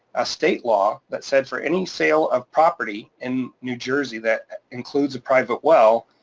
a state law that said for any sale of property in new jersey that includes a private well,